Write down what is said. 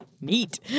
Neat